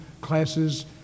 classes